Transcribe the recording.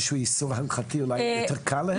שהוא איסור הלכתי אולי יותר קל להן?